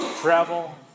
travel